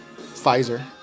Pfizer